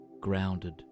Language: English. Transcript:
grounded